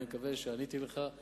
אני מקווה שעניתי לך.